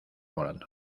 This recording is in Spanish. volando